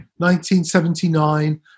1979